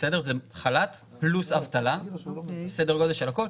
זה חל"ת פלוס אבטלה, סדר גודל של הכול.